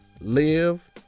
live